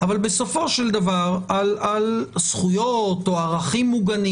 אבל בסופו של דבר על זכויות או ערכים מוגנים